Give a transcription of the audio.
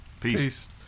Peace